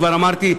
כבר אמרתי,